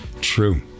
True